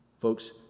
Folks